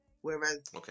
whereas